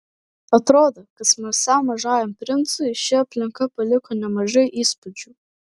atrodo kad smalsiam mažajam princui ši aplinka paliko nemažai įspūdžių